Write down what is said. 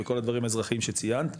בכל הדברים האזרחיים שציינת,